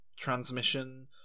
Transmission